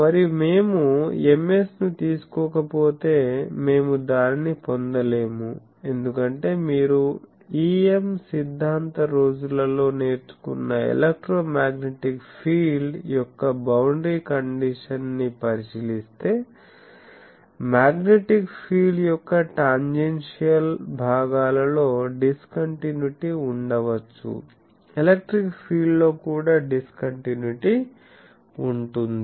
మరియు మేము Ms ను తీసుకోకపోతే మేము దానిని పొందలేము ఎందుకంటే మీరు EM సిద్ధాంత రోజులలో నేర్చుకున్న ఎలక్ట్రో మ్యాగ్నెటిక్ ఫీల్డ్ యొక్క బౌండరీ కండిషన్ ని పరిశీలిస్తే మ్యాగ్నెటిక్ ఫీల్డ్ యొక్క టాన్జెన్సియల్ భాగాలలో డిస్కంటిన్యుటీ ఉండవచ్చు ఎలక్ట్రిక్ ఫీల్డ్ లో కూడా డిస్కంటిన్యుటీ ఉంటుంది